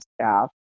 staff